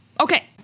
okay